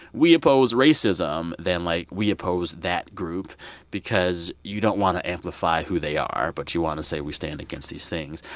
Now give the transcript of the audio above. we oppose racism than, like, we oppose that group because you don't want to amplify who they are. but you want to say we stand against these things.